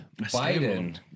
Biden